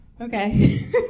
Okay